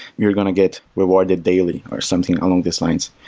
you're going to get rewarded daily, or something along these lines.